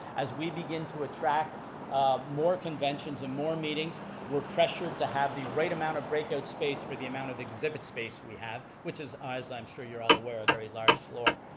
as we begin to attract more conventions and more meetings we're pressured to have the right amount of break out space for the amount of exhibit space we have. which is, as i'm sure you're all aware, a very large floor.